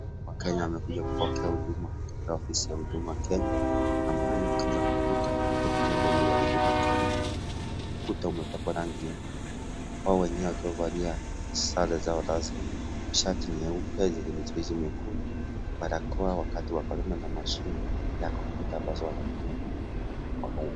Wakenya wamekuja kupokea huduma kutoka ofisi ya Huduma Kenya ambayo kila ukuta uko na nembo hiyo ya Huduma Kenya. Ukuta umepakwa rangi nyeupe wao wenyewe wakiwa wamevalia sare zao rasmi shati nyeupe zenye michirizi mekundu, barakoa wakati wa Korona na mashine ya kompyuta ambazo wanatumia kuhudumia watu.